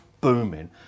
booming